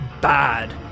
bad